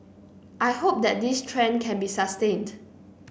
I hope that this trend can be sustained